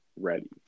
ready